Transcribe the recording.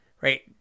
right